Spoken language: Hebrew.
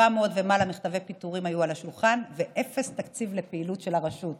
700 ומעלה מכתבי פיטורים היו על השולחן ואפס תקציב לפעילות של הרשות.